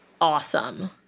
awesome